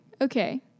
okay